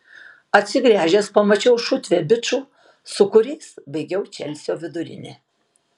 atsigręžęs pamačiau šutvę bičų su kuriais baigiau čelsio vidurinę